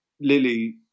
Lily